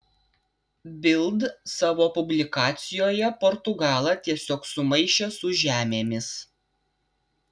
bild savo publikacijoje portugalą tiesiog sumaišė su žemėmis